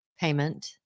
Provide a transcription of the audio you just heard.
payment